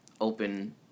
open